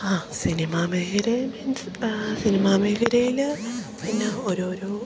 ആ സിനിമ മേഖലയിൽ means cinema മേഖലയിൽ പിന്നെ ഓരോ ഓരോ